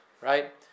Right